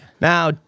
Now